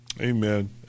Amen